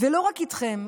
ולא רק אתם,